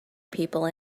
people